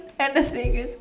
and the thing is